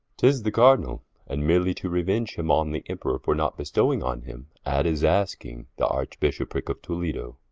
tis the cardinall and meerely to reuenge him on the emperour, for not bestowing on him at his asking, the archbishopricke of toledo,